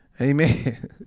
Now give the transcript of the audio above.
amen